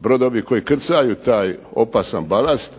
brodovi koji krcaju taj opasan balast